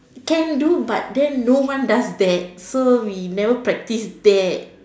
can do but then no one does that so we never practice that